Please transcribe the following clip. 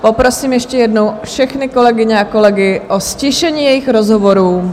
Poprosím ještě jednou všechny kolegyně a kolegy o ztišení jejich rozhovorů.